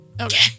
Okay